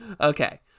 Okay